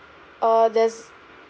all this